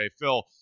Phil